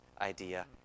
idea